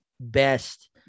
best